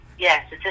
Yes